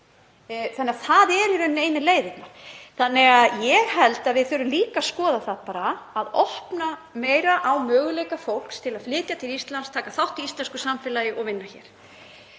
Það er í rauninni eina leiðin þannig að ég held að við þurfum líka að skoða það bara að opna meira á möguleika fólks til að flytja til Íslands, taka þátt í íslensku samfélagi og vinna hér.